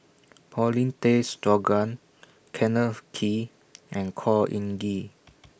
Paulin Tay Straughan Kenneth Kee and Khor Ean Ghee